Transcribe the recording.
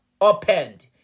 opened